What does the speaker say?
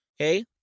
okay